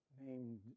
named